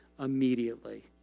immediately